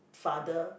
father